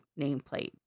nameplate